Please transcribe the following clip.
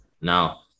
Now